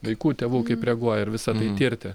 vaikų tėvų kaip reaguoja ir visa tai tirti